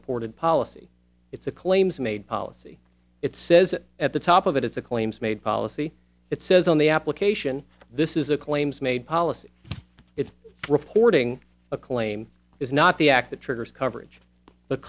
reported policy it's a claims made policy it says that at the top of it it's a claims made policy it says on the application this is a claims made policy it's reporting a claim is not the act that triggers coverage the